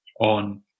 on